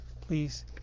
Please